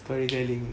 storytelling